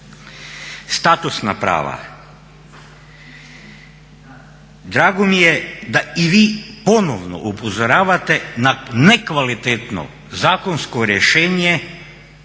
Statusna prava, drago mi je da i vi ponovno upozoravate na nekvalitetno zakonsko rješenje